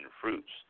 fruits